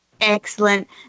Excellent